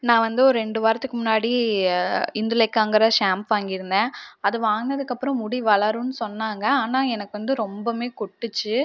நான் வந்து ஒரு ரெண்டு வாரத்துக்கு முன்னாடி இந்துலேக்காங்கிற ஷாம்ப் வாங்கியிருந்தேன் அது வாங்குனதுக்கப்புறம் முடி வளருன்னு சொன்னாங்க ஆனால் எனக்கு வந்து ரொம்பவுமே கொட்டுச்சு